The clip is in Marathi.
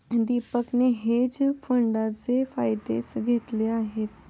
दीपकने हेज फंडाचे फायदे घेतले आहेत